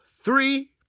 three